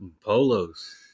Polos